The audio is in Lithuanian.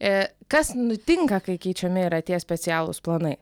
ee kas nutinka kai keičiami yra tie specialūs planai